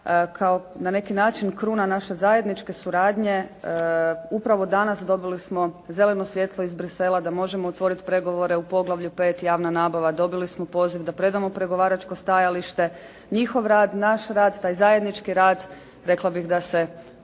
Na neki način kao kruna naše zajedničke suradnje upravo danas dobili smo zeleno svjetlo iz Bruxellesa da možemo otvoriti pregovore u Poglavlju 5. javna nabava. Dobili smo poziv da predamo pregovaračko stajalište. Njihov rad, naš rad, taj zajednički rad rekla bih da se